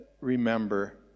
remember